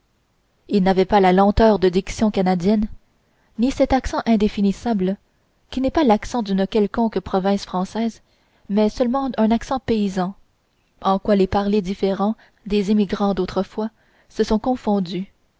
ils n'avaient pas la lenteur de diction canadienne ni cet accent indéfinissable qui n'est pas l'accent d'une quelconque province française mais seulement un accent paysan en quoi les parlers différents des émigrants d'autrefois se sont confondus